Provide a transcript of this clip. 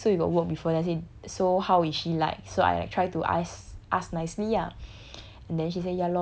so I said okay so you got work before then I say so how is she like so I try to ask nicely lah